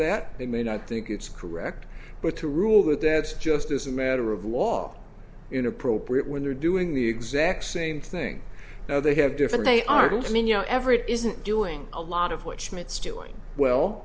that they may not think it's correct but to rule that that's just as a matter of law inappropriate when they're doing the exact same thing now they have different they are don't mean you know ever it isn't doing a lot of what schmidt's doing well